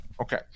Okay